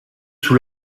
sous